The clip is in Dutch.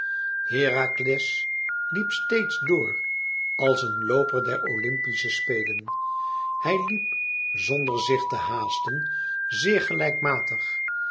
herakles liep steeds door als een looper der olympische spelen hij liep zonder zich te haasten zeer gelijkmatig